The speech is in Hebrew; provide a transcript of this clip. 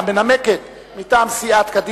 את המנמקת הראשונה,